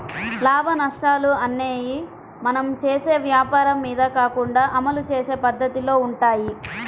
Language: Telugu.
లాభనష్టాలు అనేయ్యి మనం చేసే వ్వాపారం మీద కాకుండా అమలు చేసే పద్దతిలో వుంటయ్యి